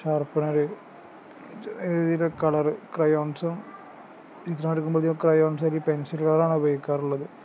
sharpener colour ക്രയോൺസും ചിത്രം വരക്കുമ്പോൾ അധികം ക്രയോൺസ് പെൻസില്കളാണ് ഉപയോഗിക്കാറുള്ളത്